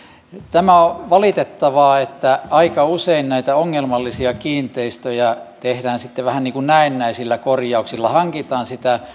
tämä on valitettavaa että aika usein näihin ongelmallisiin kiinteistöihin tehdään sitten vähän niin kuin näennäisiä korjauksia hankitaan